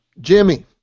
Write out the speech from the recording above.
Jimmy